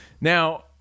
Now